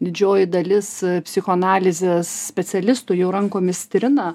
didžioji dalis psichoanalizės specialistų jau rankomis trina